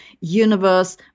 universe